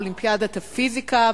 אולימפיאדת הפיזיקה,